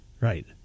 right